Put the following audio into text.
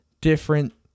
different